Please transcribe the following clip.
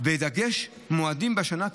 בדגש על מועדים בשנה,